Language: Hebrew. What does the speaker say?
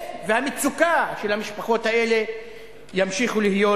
והמצוקה של המשפחות האלה ימשיכו להיות